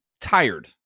tired